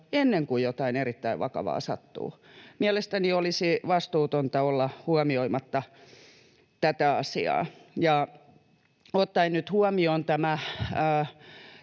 ennen kuin jotain erittäin vakavaa sattuu. Mielestäni olisi vastuutonta olla huomioimatta tätä asiaa. Ottaen nyt huomioon tämän